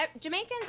Jamaicans